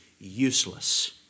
useless